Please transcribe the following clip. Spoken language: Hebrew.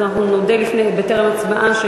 אז אנחנו נודה בטרם הצבעה,